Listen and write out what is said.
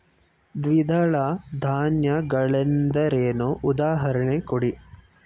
ದ್ವಿದಳ ಧಾನ್ಯ ಗಳೆಂದರೇನು, ಉದಾಹರಣೆ ಕೊಡಿ?